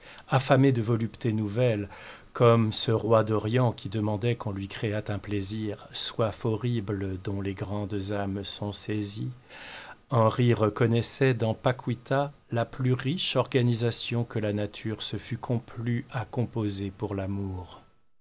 affamé de voluptés nouvelles comme ce roi d'orient qui demandait qu'on lui créât un plaisir soif horrible dont les grandes âmes sont saisies henri reconnaissait dans paquita la plus riche organisation que la nature se fût complu à composer pour l'amour